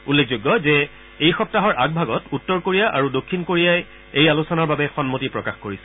উল্লেখযোগ্য যে এই সপ্তাহৰ আগভাগত উত্তৰ কোৰিয়া আৰু দক্ষিণ কোৰিয়াই এই আলোচনাৰ বাবে সন্মতি প্ৰকাশ কৰিছিল